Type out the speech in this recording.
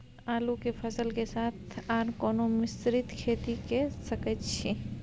आलू के फसल के साथ आर कोनो मिश्रित खेती के सकैछि?